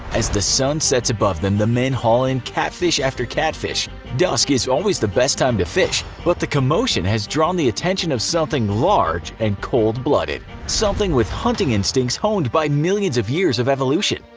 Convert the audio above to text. as the sun sets above them, the men haul in catfish after catfish, dusk is always the best time to fish but the commotion has drawn the attention of something large and cold blooded. something with hunting instincts honed by millions of years of evolution,